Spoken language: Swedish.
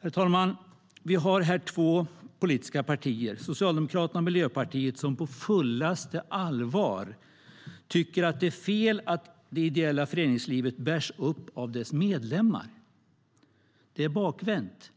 Herr talman! Vi har här alltså två politiska partier - Socialdemokraterna och Miljöpartiet - som på fullaste allvar tycker att det är fel att det ideella föreningslivet bärs upp av dess medlemmar. Det är bakvänt.